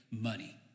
money